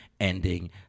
ending